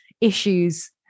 issues